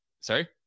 sorry